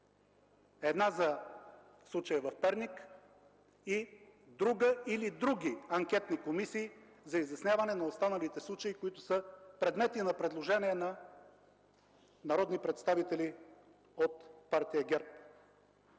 една за случая в Перник и друга или други анкетни комисии за изясняване на останалите случаи, които са предмет на предложение на народни представители от Партия ГЕРБ.